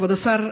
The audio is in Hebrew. כבוד השר,